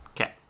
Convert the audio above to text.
Okay